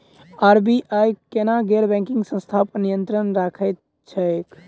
RBI केना गैर banking संस्था पर नियत्रंण राखैत छैक?